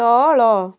ତଳ